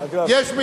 יש,